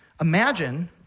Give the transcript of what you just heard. Imagine